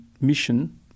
mission